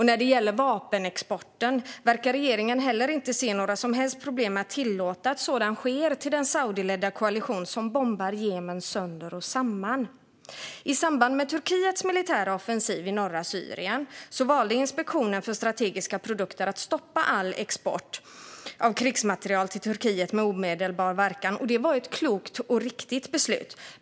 När det gäller vapenexport verkar regeringen inte se några som helst problem med att tillåta att sådan sker till den saudiledda koalition som bombar Jemen sönder och samman. I samband med Turkiets militära offensiv i norra Syrien valde Inspektionen för strategiska produkter att stoppa all export av krigsmateriel till Turkiet med omedelbar verkan, vilket var ett klokt och riktigt beslut.